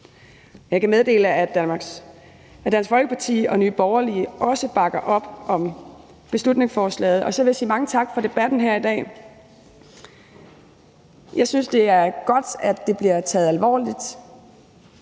Jeg kan meddele, at Dansk Folkeparti og Nye Borgerlige også bakker op om beslutningsforslaget, og så vil jeg sige mange tak for debatten her i dag. Jeg synes, at det er godt, at det bliver taget alvorligt.